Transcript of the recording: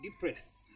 depressed